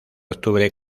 octubre